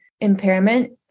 impairment